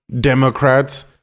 Democrats